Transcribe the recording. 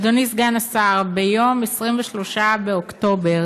אדוני סגן השר, ב-23 באוקטובר,